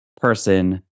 person